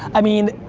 i mean.